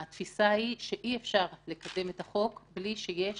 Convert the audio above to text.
התפיסה היא שאי אפשר לקדם את החוק בלי שיש